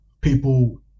people